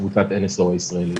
קבוצת NSO הישראלית.